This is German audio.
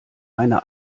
eine